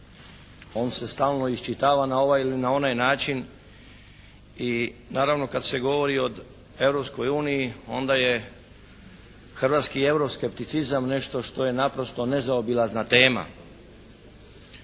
On se stalno iščitava na ovaj ili onaj način. I naravno kad se govori o Europskoj uniji onda je hrvatski euro skepticizam nešto što je naprosto nezaobilazna tema.